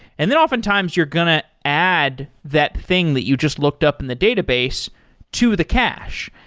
and then oftentimes you're going to add that thing that you just looked up in the database to the cash.